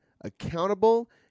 accountable